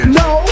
no